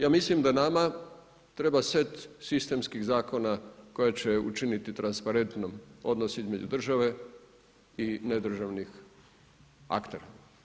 Ja mislim da nama treba set sistemskih zakona koje će učiniti transparentnom odnos između države i nedržavnih aktera.